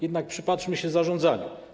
Jednak przyjrzyjmy się zarządzaniu.